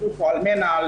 דיברו על מנ"ע,